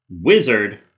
Wizard